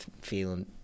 feeling